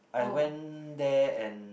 I went there and